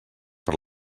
per